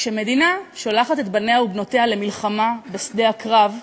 כשמדינה שולחת את בניה ובנותיה למלחמה בשדה הקרב,